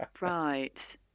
Right